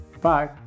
Bye